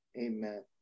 Amen